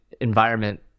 environment